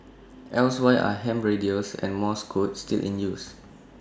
else why are ham radios and morse code still in use